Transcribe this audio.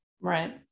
right